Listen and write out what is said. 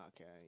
Okay